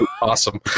awesome